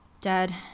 dad